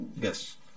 Yes